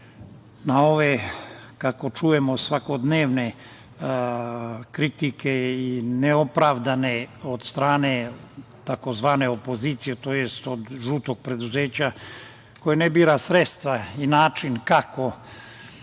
na ove, kako čujemo, svakodnevne kritike i neopravdane od strane tzv. „opozicije“, tj. od „žutog preduzeća“, koja ne bira sredstva i način kako